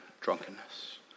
drunkenness